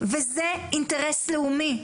וזה אינטרס לאומי.